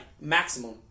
maximum